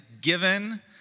given